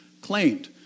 claimed